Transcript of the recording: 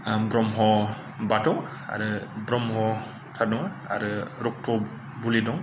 ब्रह्म बाथौ आरो ब्रह्म तानु आरो रक्त बलि दं